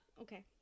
okay